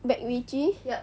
macritchie